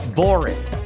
boring